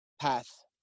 path